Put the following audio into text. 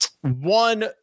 one